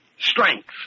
Strength